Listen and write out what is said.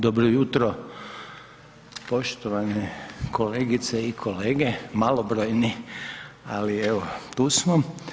Dobro jutro poštovane kolegice i kolege, malobrojni ali evo tu smo.